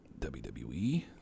WWE